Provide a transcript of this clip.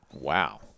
Wow